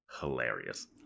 hilarious